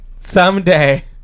Someday